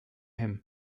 him